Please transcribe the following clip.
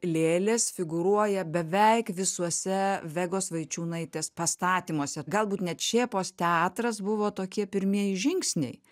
lėlės figūruoja beveik visuose vegos vaičiūnaitės pastatymuose galbūt net šėpos teatras buvo tokie pirmieji žingsniai